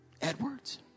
Edwards